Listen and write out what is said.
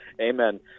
amen